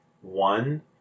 One